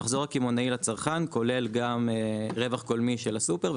המחזור הקמעונאי לצרכן כולל גם רווח גולמי של הסופר,